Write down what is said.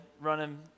running